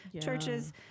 churches